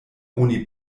oni